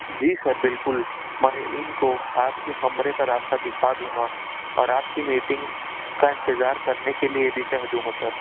جی sir بالکل میں ان کو آپ کے کمرے کا راستہ دکھا دوں گا اور آپ کی میٹنگ کا انتظار کرنے کے لئے بھی کہہ دوں گا سر